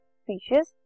species